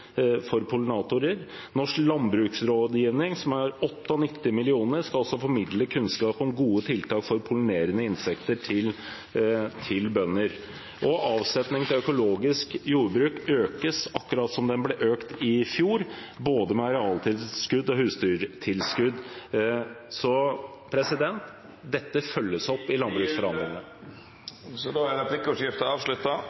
skal formidle god kunnskap om gode tiltak for pollinerende insekter til bønder. Avsetningen til økologisk jordbruk økes, akkurat slik som den ble økt i fjor, både med arealtilskudd og med husdyrtilskudd. Så dette følges opp i